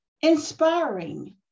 inspiring